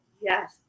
Yes